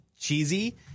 cheesy